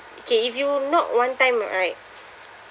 okay if you knock one time right